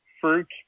fruit